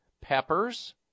peppers